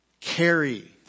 carry